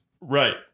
Right